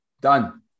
Done